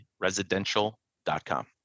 residential.com